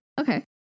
Okay